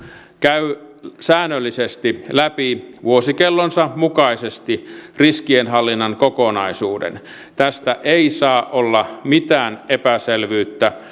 käy säännöllisesti läpi vuosikellonsa mukaisesti riskienhallinnan kokonaisuuden tästä ei saa olla mitään epäselvyyttä